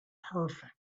perfect